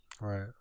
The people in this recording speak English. Right